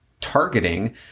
targeting